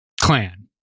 clan